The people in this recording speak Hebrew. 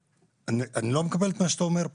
אני לא מקבל את מה שאתה אומר כאן.